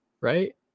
right